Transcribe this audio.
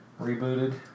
Rebooted